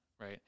right